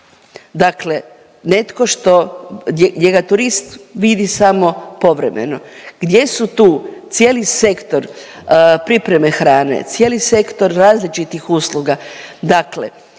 Dakle netko što, njega turist vidi samo povremeno. Gdje su tu cijeli sektor pripreme hrane, cijeli sektor različitih usluga? Dakle